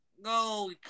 No